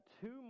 two